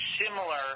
similar